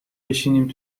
بشنیم